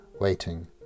waiting